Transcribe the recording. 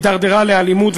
התדרדרה לאלימות.